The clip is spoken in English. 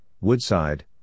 Woodside